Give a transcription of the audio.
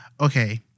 Okay